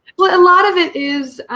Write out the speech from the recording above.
a lot of it is